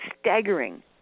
staggering